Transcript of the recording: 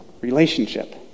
relationship